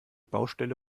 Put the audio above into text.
baustelle